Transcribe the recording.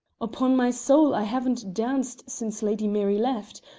upon my soul, i haven't danced since lady mary left,